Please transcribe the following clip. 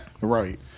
Right